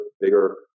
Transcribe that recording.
bigger